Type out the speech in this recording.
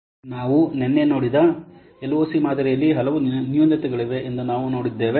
ನಾವು ನಿನ್ನೆ ನೋಡಿದ ಎಲ್ಒಸಿ ಮಾದರಿಯಲ್ಲಿ ಹಲವು ನ್ಯೂನತೆಗಳಿವೆ ಎಂದು ನಾವು ನೋಡಿದ್ದೇವೆ